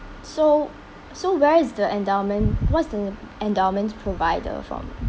so so where is the endowment what's the endowment's provider from